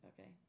Okay